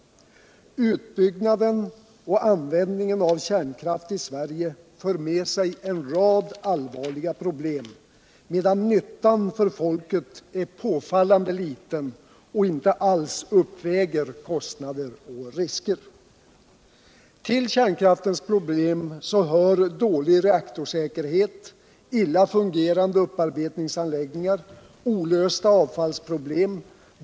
Utbyggnaden och användningen av kärnkraft i Sverige för med sig en rad allvarliga problem, medan nyttan för folket är påfallande liten och inte alls uppväger kostnader och risker. Till kärnkraftens problem hör dålig reaktorsäkerhet, illa fungerande upparbetningsanläggningar, olösta avfallsproblem.